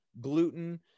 gluten